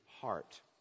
heart